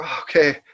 okay